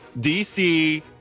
DC